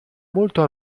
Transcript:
molto